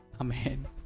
Amen